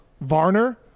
Varner